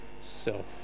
self